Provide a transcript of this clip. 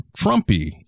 trumpy